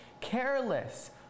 careless